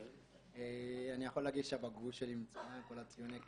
אני יכול להגיד שהבגרות שלי מצוינת,